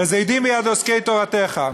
וזדים ביד עוסקי תורתך,